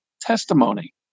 testimony